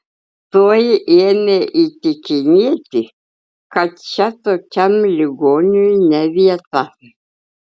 tuoj ėmė įtikinėti kad čia tokiam ligoniui ne vieta